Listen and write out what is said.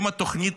אם התוכנית